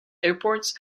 airports